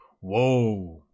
Whoa